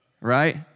Right